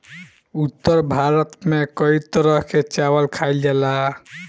उत्तर भारत में कई तरह के चावल खाईल जाला